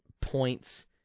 points